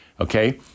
okay